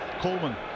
Coleman